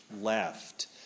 left